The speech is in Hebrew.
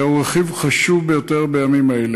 זהו רכיב חשוב ביותר בימים אלה.